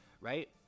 right